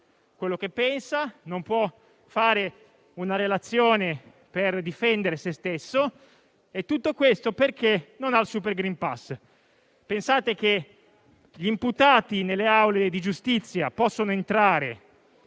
quello che pensa, non può fare una relazione per difendere se stesso. Tutto questo perché non ha il *super green pass*. Si pensi che gli imputati possono entrare